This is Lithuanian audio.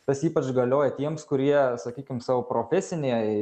tas ypač galioja tiems kurie sakykim savo profesiniej